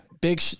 big